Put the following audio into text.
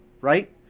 right